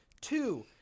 Two